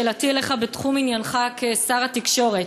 שאלתי אליך היא בתחום עניינך כשר התקשורת: